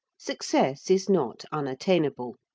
success is not unattainable.